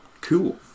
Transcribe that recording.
Cool